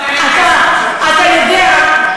אתה יודע,